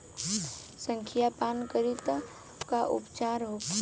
संखिया पान करी त का उपचार होखे?